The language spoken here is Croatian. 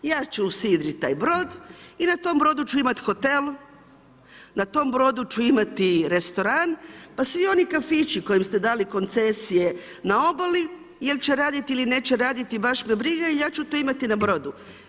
Ja ću usidrit taj brod i na tom brodu ću imat hotel, na tom brodu ću imati restoran pa svi oni kafići kojim ste dali koncesije na obali, jer će raditi ili neće raditi baš me briga, ja ću to imati na brodu.